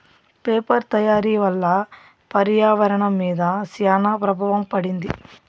paper తయారీ వల్ల పర్యావరణం మీద శ్యాన ప్రభావం పడింది